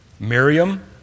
Miriam